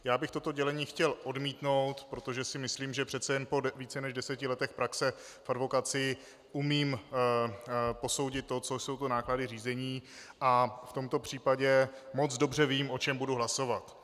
Já bych toto dělení chtěl odmítnout, protože si myslím, že přece jen po více než deseti letech praxe v advokacii umím posoudit to, co jsou to náklady řízení, a v tomto případě moc dobře vím, o čem budu hlasovat.